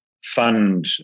fund